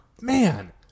man